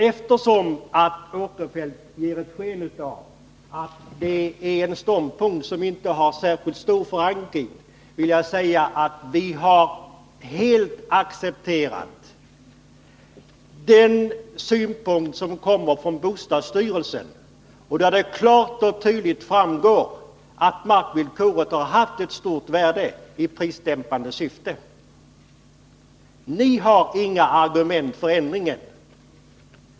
Eftersom Sven Eric Åkerfeldt ger sken av att det är en ståndpunkt som inte har särskilt stor förankring, vill jag säga att vi helt accepterat de synpunkter som anförts av bostadsstyrelsen. Av dem framgår klart och tydligt att markvillkoret haft ett stort värde i prisdämpande avseende. Ni har inga argument för ändringen.